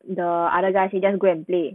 the other guy he just go and play